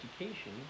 education